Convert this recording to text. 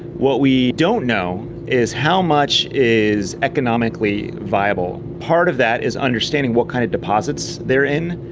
what we don't know is how much is economically viable. part of that is understanding what kind of deposits they are in.